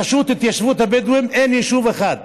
ברשות להתיישבות הבדואים אין יישוב אחד,